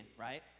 right